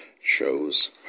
shows